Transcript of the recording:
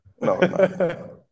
No